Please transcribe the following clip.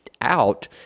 out